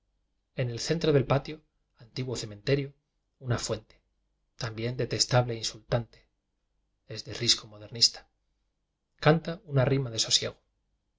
en el centro del patio antiguo cementerio una fuente también detestable e insultante es de risco modernista canta una rima de sosiego